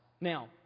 Now